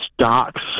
stocks